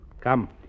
Come